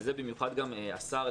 וזה במיוחד גם השר,